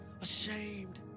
ashamed